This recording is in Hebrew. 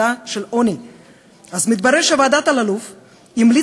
הוועדה למאבק בעוני.